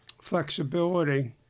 flexibility